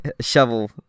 Shovel